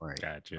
Gotcha